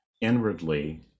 inwardly